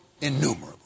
innumerable